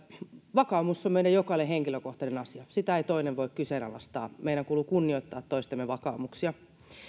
vakaumus on meidän jokaisen henkilökohtainen asia sitä ei toinen voi kyseenalaistaa meidän kuuluu kunnioittaa toistemme vakaumuksia